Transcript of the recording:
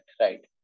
right